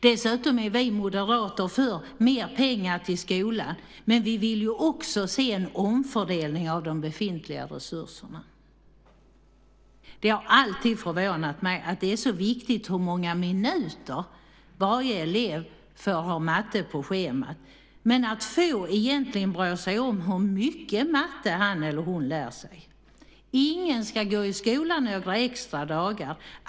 Visserligen är vi moderater för mer pengar till skolan, men vi vill även se en omfördelning av de befintliga resurserna. Det har alltid förvånat mig att det är så viktigt hur många minuter varje elev får ha matte på schemat men att få egentligen bryr sig om hur mycket matte han eller hon lär sig. Ingen ska gå i skolan några extra dagar.